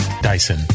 Dyson